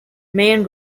main